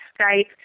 Skype